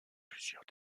plusieurs